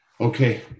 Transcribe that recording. Okay